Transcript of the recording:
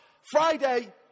Friday